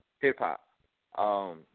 hip-hop